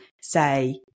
say